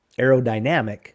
aerodynamic